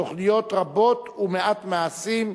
תוכניות רבות ומעשים מעטים.